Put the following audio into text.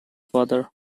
father